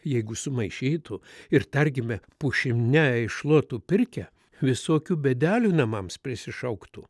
jeigu sumaišytų ir tarkime pušine iššluotų pirkią visokių bėdelių namams prisišauktų